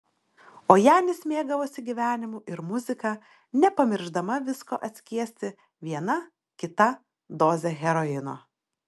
o janis mėgavosi gyvenimu ir muzika nepamiršdama visko atskiesti viena kita doze heroino